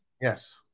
Yes